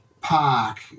park